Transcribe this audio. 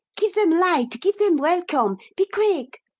give them light, give them welcome. be quick!